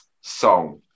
song